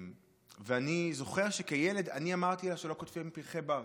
ואני זוכר שכילד אני אמרתי לה שלא קוטפים פרחי בר,